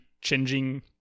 changing